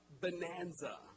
Bonanza